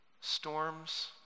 storms